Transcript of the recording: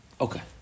Okay